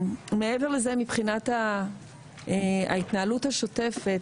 מעבר לזה מבחינת ההתנהלות השוטפת,